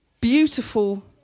beautiful